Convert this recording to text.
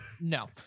No